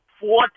four